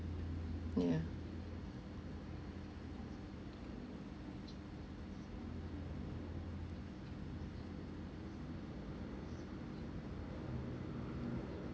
yeah